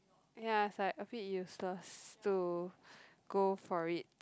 ya is like a bit useless to go for it